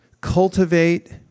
cultivate